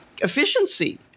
efficiency